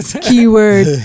Keyword